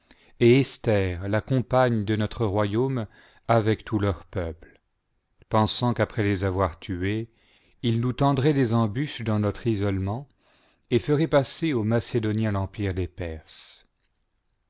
et estlior la compagne de notre rryaume avec tous leurs peuples pensant qu'après les avoir tués il nous tendrait des embûches dans notre isolement et ferait passer anx macédoniens l'empire des